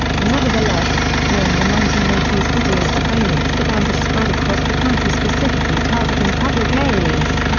nevertheless, during the nineteen eighty s video surveillance began to spread across the country specifically targeting public areas.